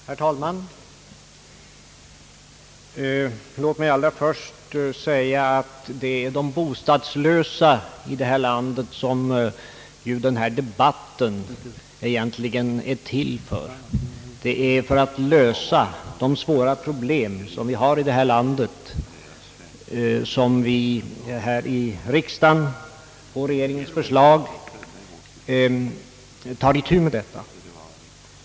Herr talman! Låt mig allra först framhålla, att det är de bostadslösa som denna debatt egentligen är till för. Det är för att lösa de svåra problem som finns i detta land som vi här i riksdagen på regeringens och partiernas förslag tar itu med dem.